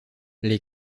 les